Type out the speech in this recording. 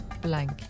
blank